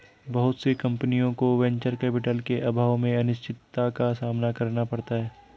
बहुत सी कम्पनियों को वेंचर कैपिटल के अभाव में अनिश्चितता का सामना करना पड़ता है